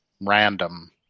random